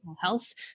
health